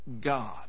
God